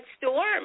storm